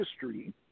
history